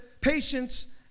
patience